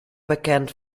bekend